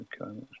Okay